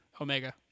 Omega